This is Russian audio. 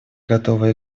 готово